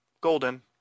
Golden